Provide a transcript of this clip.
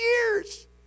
years